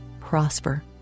Prosper